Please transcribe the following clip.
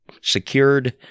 secured